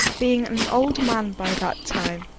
being an old man by that time,